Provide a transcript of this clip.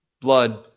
blood